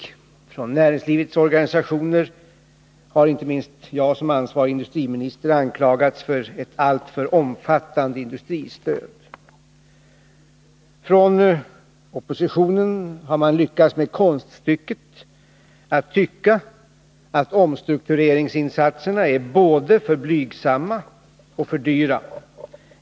Ifrån näringslivsorganisationerna har inte minst jag som ansvarig för industripolitiken anklagats för ett alltför omfattande industristöd. Ifrån oppositionen har man lyckats med konststycket att tycka att omstruktureringsinsatserna är både för blygsamma och för dyra.